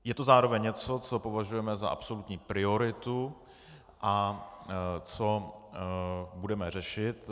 Je to zároveň něco, co považujeme za absolutní prioritu a co budeme řešit.